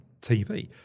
TV